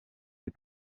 des